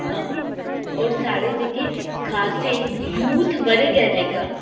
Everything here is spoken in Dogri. आं होर साढ़े जेह्के खासै यूथ वर्ग ऐ जेह्का